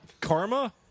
Karma